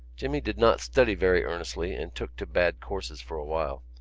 jimmy did not study very earnestly and took to bad courses for a while.